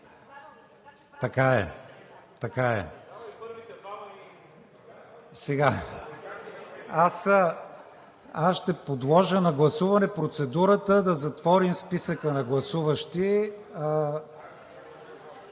Така е. Подлагам на гласуване процедурата да затворим списъка на гласуващи